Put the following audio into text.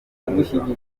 amafunguro